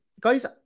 Guys